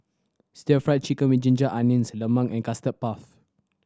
Stir Fried Chicken With Ginger Onions lemang and Custard Puff